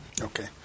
Okay